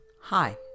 Hi